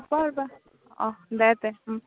ৰ'বা ৰ'বা দে তে